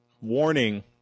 warning